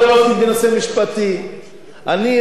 אני רוצה להגיד לך שלוי אשכול,